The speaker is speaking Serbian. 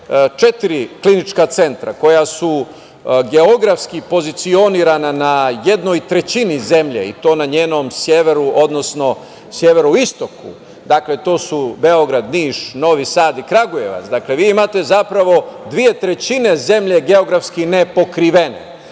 četiri klinička centra koja su geografski pozicionirana na jednoj trećini zemlje i to na severu, odnosno severoistoku, to su Beograd, Niš, Novi Sad i Kragujevac, vi imate zapravo dve trećine zemlje geografski nepokrivene.